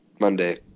Monday